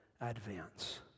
advance